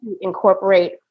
incorporate